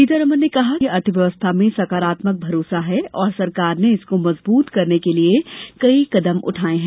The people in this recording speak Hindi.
सीतारमन ने कहा कि भारतीय अर्थव्यवस्था में सकारात्मक भरोसा है और सरकार ने इसको मजबूत करने के लिए कई कदम उठाये हैं